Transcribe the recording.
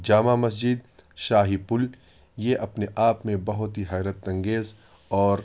جامع مسجد شاہی پل یہ اپنے آپ میں بہت ہی حیرت انگیز اور